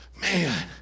man